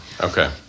okay